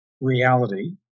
reality